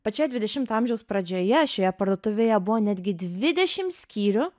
pačioje dvidešimto amžiaus pradžioje šioje parduotuvėje buvo netgi dvidešimt skyrių